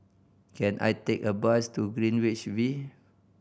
can I take a bus to Greenwich V